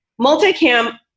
Multicam